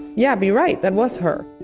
yeah be right that was her.